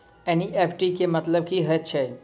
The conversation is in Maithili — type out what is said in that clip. एन.ई.एफ.टी केँ मतलब की हएत छै?